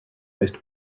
most